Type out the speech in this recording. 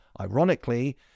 ironically